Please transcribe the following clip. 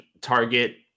target